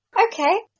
okay